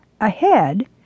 Ahead